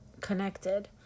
connected